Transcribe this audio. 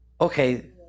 Okay